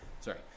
Sorry